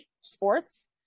sports